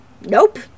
Nope